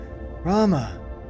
rama